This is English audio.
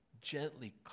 Gently